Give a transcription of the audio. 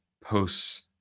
posts